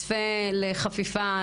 צפה לחפיפה,